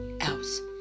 else